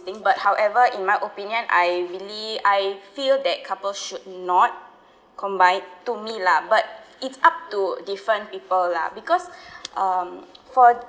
but however in my opinion I really I feel that couples should not combine to me lah but it's up to different people lah because um for